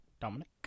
Dominic